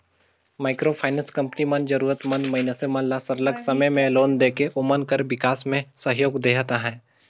micro finance company मन जरूरत मंद मइनसे मन ल सरलग समे में लोन देके ओमन कर बिकास में सहयोग देहत अहे